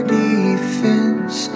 defense